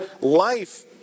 life